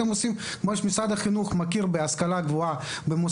כמו שמשרד החינוך מכיר בהשכלה גבוהה,